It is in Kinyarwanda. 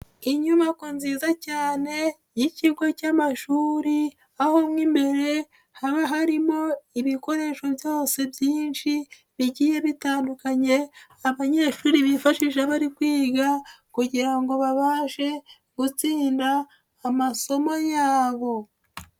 Inyubako nziza cyane y'ikigo cy'amashuri aho mo imbere haba harimo ibikoresho byose byinshi bigiye bitandukanye abanyeshuri bifashije bari kwiga kugira ngo babashe gutsinda amasomo yabo.